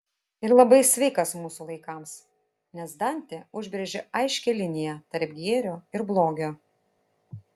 ir labai sveikas mūsų laikams nes dantė užbrėžia aiškią liniją tarp gėrio ir blogio